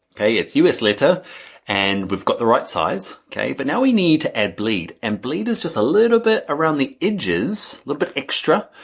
okay, it's us letter and we've got the right size, okay? but now we need to add bleed, and bleed is just a little bit around the edges, little bit extra,